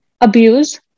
Abuse